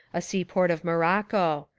a seaport of morocco.